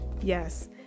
Yes